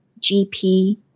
GP